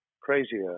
crazier